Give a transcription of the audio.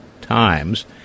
times